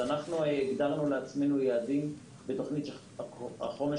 אנחנו הגדרנו לעצמנו יעדים בתוכנית החומש